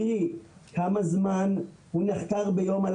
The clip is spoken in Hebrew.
קרי, כמה זמן הוא נחקר ביום.